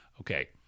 Okay